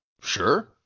Sure